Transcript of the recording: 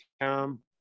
come